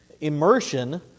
immersion